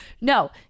No